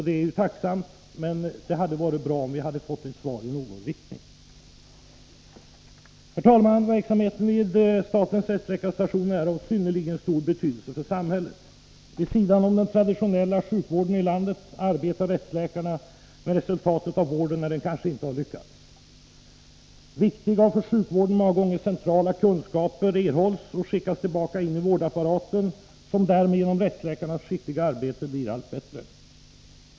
Det är tacksamt, men det hade varit bättre om vi fått ett svar som gått i en viss riktning. Herr talman! Verksamheten vid statens rättsläkarstation är av synnerligen stor betydelse för samhället. Vid sidan om den traditionella sjukvården i landet arbetar rättsläkarna med resultatet av vården när den kanske inte har lyckats. Viktiga och för sjukvården många gånger centrala kunskaper erhålls och skickas tillbaka in i vårdapparaten, som tack vare rättsläkarnas skickliga arbete därigenom blir allt bättre.